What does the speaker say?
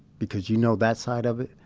because you know that side of it,